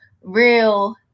real